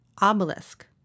obelisk